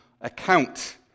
account